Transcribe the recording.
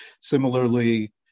Similarly